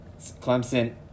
Clemson